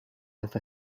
with